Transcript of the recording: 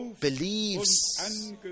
believes